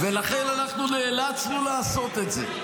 ולכן אנחנו נאלצנו לעשות את זה,